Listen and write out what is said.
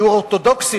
גיור אורתודוקסי,